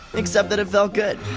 except that it felt good.